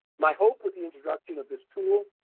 my hope with the introduction of this tool,